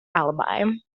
alibi